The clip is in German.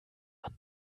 man